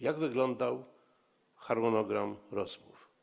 Jak wyglądał harmonogram rozmów?